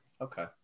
Okay